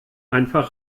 einfach